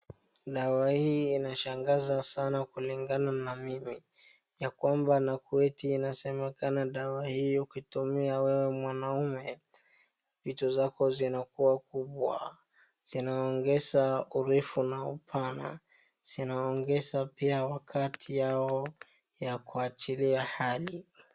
Dawa hii inashangaza sana kulingana na mimi. Ya kwamba na kuwa eti inasemekana dawa hii ukitumia wewe mwanaume vitu zako zinakuwa kubwa. Zinaongeza urefu na upana. Zinaongeza pia wakati yao ya kuachilia hali.